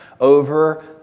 over